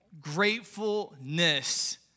gratefulness